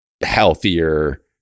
healthier